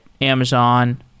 Amazon